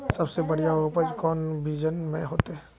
सबसे बढ़िया उपज कौन बिचन में होते?